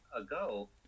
ago